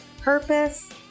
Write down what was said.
purpose